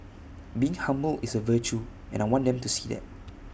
being humble is A virtue and I want them to see that